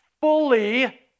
fully